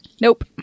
Nope